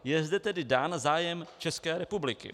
Je zde tedy dán zájem České republiky.